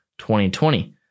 2020